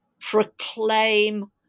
proclaim